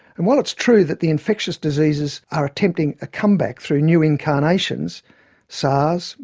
and while it's true that the infectious diseases are attempting a comeback through new incarnations sars,